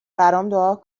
دعا